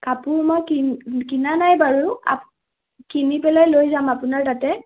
কাপোৰ মই কিন কিনা নাই বাৰু আপ কিনি পেলাই লৈ যাম আপোনাৰ তাতে